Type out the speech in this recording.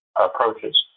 approaches